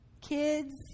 kids